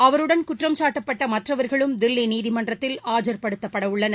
அவருடன் குற்றம்சாட்டப்பட்ட மற்றவர்களும் தில்லி நீதிமன்றத்தில் ஆஜர்ப்படுத்தப்படவுள்ளனர்